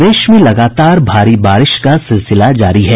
प्रदेश में लगातार भारी बारिश का सिलसिला जारी है